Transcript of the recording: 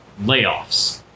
layoffs